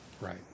Right